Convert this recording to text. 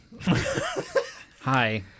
hi